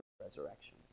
resurrection